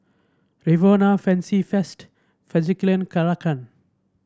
Rexona Fancy Feast Fjallraven Kanken